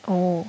oh